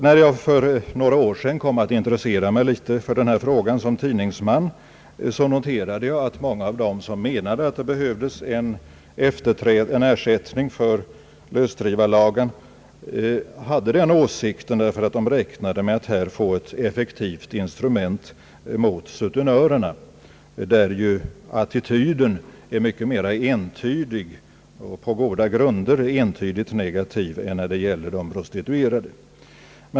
När jag för några år sedan kom att intressera mig för denna fråga som tidningsman noterade jag att många av dem som menade att det behövs en ersättning för lösdrivarlagen hade den åsikten därför att de räknade med att få ett effektivt instrument mot sutenörerna, mot vilka attityden på goda grunder är mera entydigt negativ än när det gäller de prostituerade.